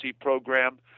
program